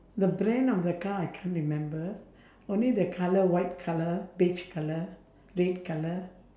the brand of the car I can't remember only the colour white colour beige colour red colour